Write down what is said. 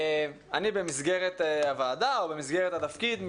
במסגרת הוועדה והתפקיד שלי כיושב-ראש,